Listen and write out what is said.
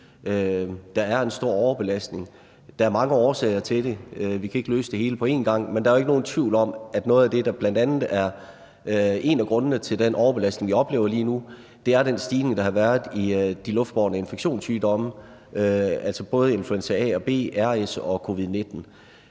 Der er en stor overbelastning. Der er mange årsager til det. Vi kan ikke løse det hele på en gang, men der er ikke nogen tvivl om, at en af grundene til den overbelastning, vi oplever lige nu, er den stigning, der har været i de luftbårne infektionssygdomme, altså både influenza A og B, RS-virus og covid-19,